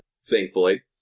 thankfully